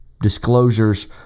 disclosures